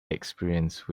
experience